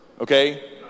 okay